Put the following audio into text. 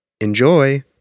Enjoy